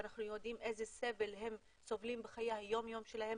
ואנחנו יודעים איזה סבל הם סובלים בחיי היום יום שלהם